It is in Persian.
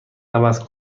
عوض